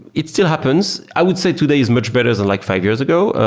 it still happens. i would say today is much better than like five years ago,